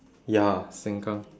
ya sengkang